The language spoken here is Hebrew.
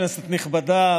כנסת נכבדה,